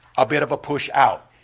a bit of a push out.